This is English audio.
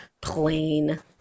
Plain